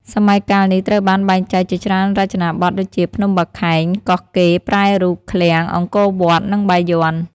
សម័យកាលនេះត្រូវបានបែងចែកជាច្រើនរចនាបថដូចជា ភ្នំបាខែង កោះកេរ្តិ៍ ប្រែរូប ឃ្លាំង អង្គរវត្ត និងបាយ័ន។